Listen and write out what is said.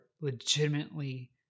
legitimately